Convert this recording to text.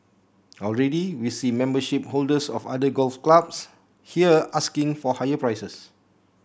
already we see membership holders of other golf clubs here asking for higher prices